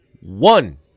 One